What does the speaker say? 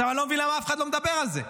אני לא מבין למה אף אחד לא מדבר על זה,